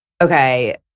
okay